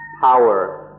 power